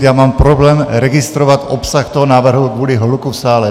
Já mám problém registrovat obsah toho návrhu kvůli hluku v sále.